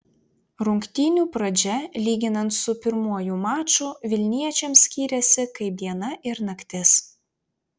rungtynių pradžia lyginant su pirmuoju maču vilniečiams skyrėsi kaip diena ir naktis